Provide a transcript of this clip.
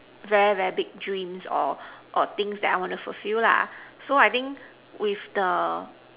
very very big dreams or or things that I want to fulfill lah so I think with the